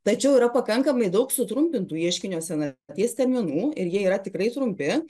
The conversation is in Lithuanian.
tačiau yra pakankamai daug sutrumpintų ieškinio senaties terminų ir jie yra tikrai trumpi